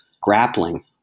grappling